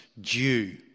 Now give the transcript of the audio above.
due